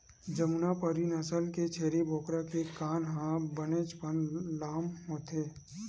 जमुनापारी नसल के छेरी बोकरा के कान ह बनेचपन लाम होथे